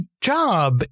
job